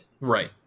Right